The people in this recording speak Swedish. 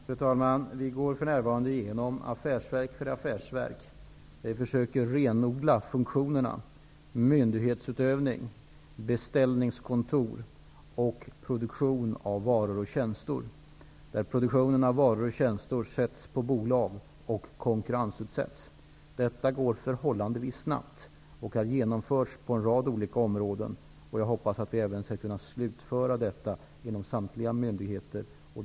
Fru talman! Vi går för närvarande igenom affärsverk för affärsverk. Vi försöker renodla funktionerna: myndighetsutövning, beställningskontor och produktion av varor och tjänster. Produktionen av varor och tjänster bolagiseras och konkurrensutsätts. Detta går förhållandevis snabbt och genomförs på en rad olika områden. Jag hoppas att vi även skall kunna slutföra detta inom samtliga myndigheter.